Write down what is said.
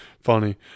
funny